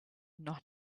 not